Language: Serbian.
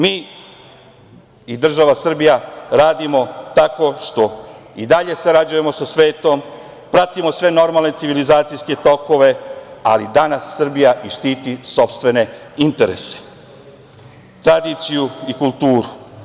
Mi i država Srbija radimo tako što i dalje sarađujemo sa svetom, pratimo sve normalne civilizacijske tokove, ali danas Srbija i štiti sopstvene interese, tradiciju i kulturu.